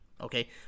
Okay